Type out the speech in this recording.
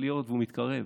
והוא מתקרב,